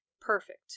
perfect